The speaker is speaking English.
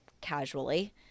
casually